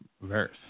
verse